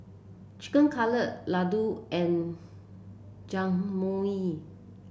Chicken Cutlet Ladoo and Jajangmyeon